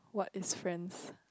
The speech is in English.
what is friends